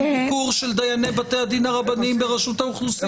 ביקור של דייני בתי הדין הרבניים ברשות האוכלוסין.